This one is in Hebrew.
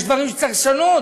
יש דברים שצריך לשנות.